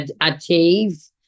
achieve